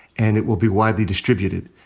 and it will be widely distributed.